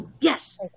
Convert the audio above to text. Yes